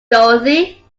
dorothy